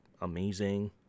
amazing